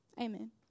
Amen